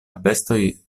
bestoj